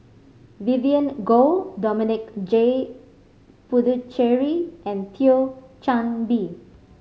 Vivien Goh Dominic J Puthucheary and Thio Chan Bee